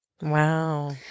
Wow